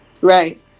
Right